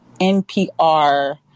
NPR